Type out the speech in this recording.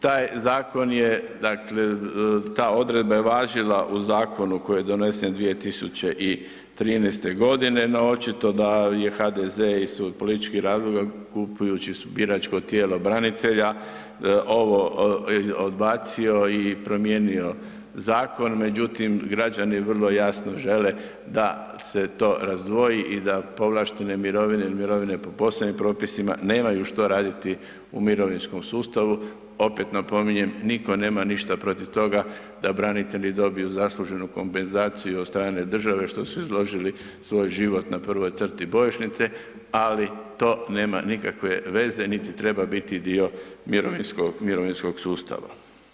Tak zakon dakle, da odredba je važila u zakonu koji je donesen 2013. g. no očito da je HDZ iz svojih političkih razloga kupujući biračko tijelo branitelja, ovo odbacio i promijenio zakon međutim građani vrlo jasno žele da se to razdvoji i da povlaštene mirovine ili mirovine po posebnim propisima nemaju što raditi u mirovinskom sustavu, opet napominjem, nitko nema ništa protiv toga da branitelji dobiju zasluženu kompenzaciju od strane države što su izložili svoj život na prvoj crti bojišnice, ali to nema nikakve veze niti treba biti dio mirovinskog sustava.